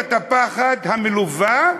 תיאוריית הפחד המלווה,